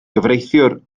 gyfreithiwr